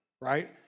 right